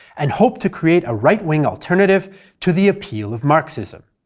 and hoped to create a right wing alternative to the appeal of marxism.